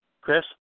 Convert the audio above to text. Chris